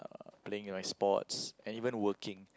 playing my sports and even working